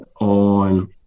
on